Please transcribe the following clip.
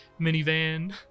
minivan